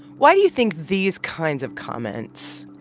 why do you think these kinds of comments